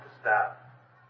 stop